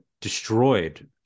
destroyed